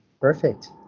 Perfect